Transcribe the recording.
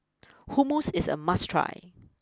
Hummus is a must try